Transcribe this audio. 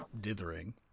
dithering